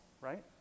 right